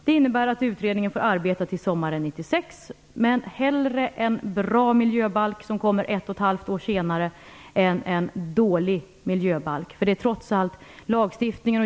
Det innebär att utredningen får arbeta till sommaren 1996. Hellre en bra miljöbalk än en dålig miljöbalk som kommer ett och ett halvt år tidigare.